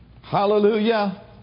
Hallelujah